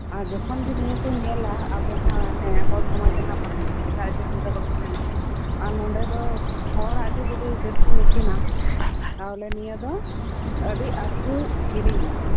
ᱟᱨ ᱡᱚᱠᱷᱚᱱ ᱜᱮ ᱱᱤᱭᱟᱹ ᱠᱚ ᱧᱮᱞᱟ ᱟᱫᱚ ᱦᱟᱸᱜ ᱦᱮᱸ ᱦᱚᱲ ᱥᱚᱢᱟᱡᱽ ᱨᱮᱱᱟᱜ ᱯᱟᱛᱟ ᱮᱴᱟᱜ ᱡᱟᱛᱤ ᱫᱚ ᱵᱟᱠᱚ ᱛᱟᱦᱮᱸᱱᱟ ᱟᱨ ᱱᱚᱰᱮᱸ ᱫᱚ ᱦᱚᱲᱟᱜ ᱜᱮ ᱡᱩᱫᱤ ᱡᱟᱥᱛᱤᱢ ᱤᱥᱤᱱᱟ ᱛᱟᱦᱞᱮ ᱱᱤᱭᱟᱹ ᱫᱚ ᱟᱰᱤ ᱟᱸᱴ ᱠᱚ ᱠᱤᱨᱤᱧᱟ